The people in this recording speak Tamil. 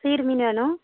சீர் மீன் வேணும்